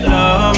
Love